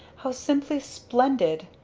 how simply splendid!